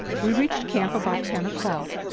we reached camp about ten o'clock,